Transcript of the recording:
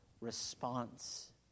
response